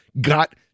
got